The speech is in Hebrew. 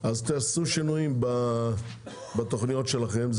תעשו שינויים בתוכנית שלכם.